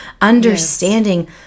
understanding